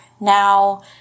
now